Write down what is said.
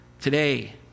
Today